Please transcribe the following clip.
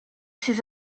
ses